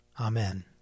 Amen